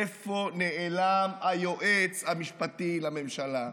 לאן נעלם היועץ המשפטי לממשלה?